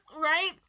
Right